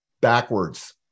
backwards